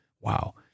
wow